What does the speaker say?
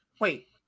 wait